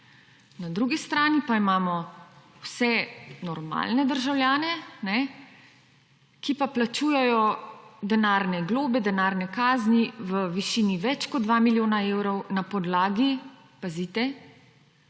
na drugi strani pa imamo vse normalne državljane, ki pa plačujejo denarne globe, denarne kazni v višini več kot 2 milijona evrov na podlagi – pazite